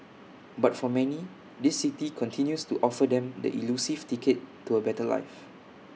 but for many this city continues to offer them the elusive ticket to A better life